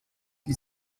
die